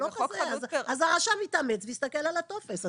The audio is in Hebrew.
אז הרשם יתאמץ ויסתכל על הטופס.